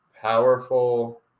powerful